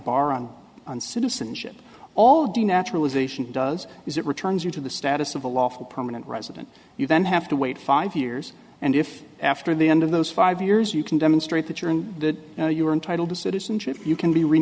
bar on on citizenship all the naturalization does is it returns you to the status of a lawful permanent resident you then have to wait five years and if after the end of those five years you can demonstrate that you're in that you know you are entitled to citizenship you can be re